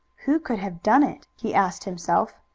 who could have done it? he asked himself.